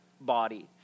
body